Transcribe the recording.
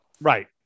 Right